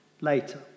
later